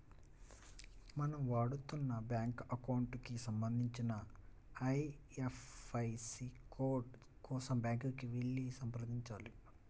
మనం వాడుతున్న bank account కి సంబంధించిన ఐ.ఎఫ్.ఎస్.సి కోడ్ కోసం బ్యాంకుకి వెళ్లి సంప్రదించాలి